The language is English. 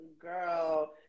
girl